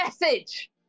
message